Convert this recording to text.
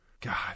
God